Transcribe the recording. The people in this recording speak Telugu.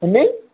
ఎండి